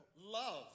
love—